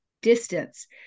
distance